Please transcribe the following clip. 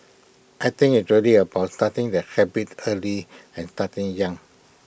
I think it's really about starting the habit early and starting young